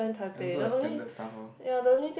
let's go a standard stuff lor